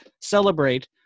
celebrate